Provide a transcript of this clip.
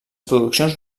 produccions